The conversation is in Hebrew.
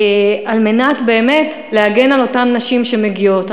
כדי באמת להגן על אותן נשים שמגיעות.